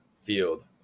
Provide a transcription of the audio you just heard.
field